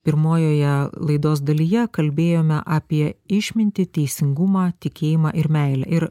pirmojoje laidos dalyje kalbėjome apie išmintį teisingumą tikėjimą ir meilę ir